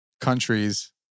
countries